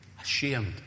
Ashamed